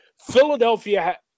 Philadelphia